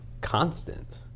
constant